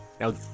Now